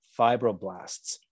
fibroblasts